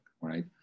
right